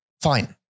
fine